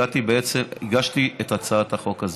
הגשתי את הצעת החוק.